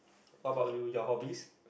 what about you your hobbies